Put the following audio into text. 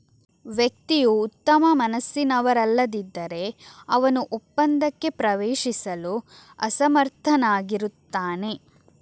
ವ್ಯಕ್ತಿಯು ಉತ್ತಮ ಮನಸ್ಸಿನವರಲ್ಲದಿದ್ದರೆ, ಅವನು ಒಪ್ಪಂದಕ್ಕೆ ಪ್ರವೇಶಿಸಲು ಅಸಮರ್ಥನಾಗಿರುತ್ತಾನೆ